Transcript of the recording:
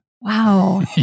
Wow